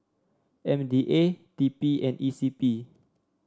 M D A T P and E C P